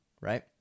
right